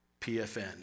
PFN